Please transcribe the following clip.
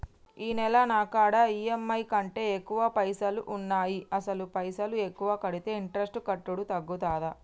ఈ నెల నా కాడా ఈ.ఎమ్.ఐ కంటే ఎక్కువ పైసల్ ఉన్నాయి అసలు పైసల్ ఎక్కువ కడితే ఇంట్రెస్ట్ కట్టుడు తగ్గుతదా?